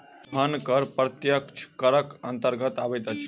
धन कर प्रत्यक्ष करक अन्तर्गत अबैत अछि